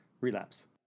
relapse